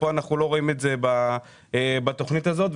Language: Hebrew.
אנחנו לא רואים את זה בתוכנית הזאת,